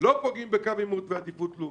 בקו עימות ועדיפות לאומית.